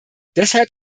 deshalb